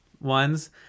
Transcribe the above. ones